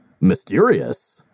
Mysterious